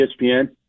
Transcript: ESPN